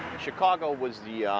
chicago was the,